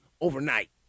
overnight